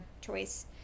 choice